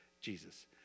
Jesus